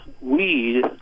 weed